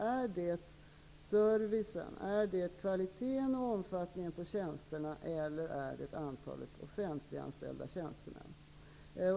Är det servicen, är det kvaliteten och omfattningen på tjänsterna eller är det antalet offentliganställda tjänstemän?